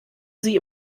sie